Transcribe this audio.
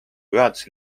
juhatuse